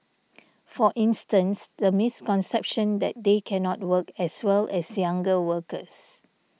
for instance the misconception that they cannot work as well as younger workers